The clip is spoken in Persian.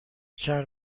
چند